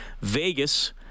Vegas